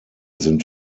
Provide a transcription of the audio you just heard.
sind